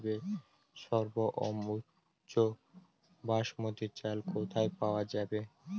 সর্বোওম উচ্চ বাসমতী চাল কোথায় পওয়া যাবে?